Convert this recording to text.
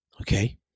Okay